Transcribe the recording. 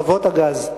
חוות-הגז.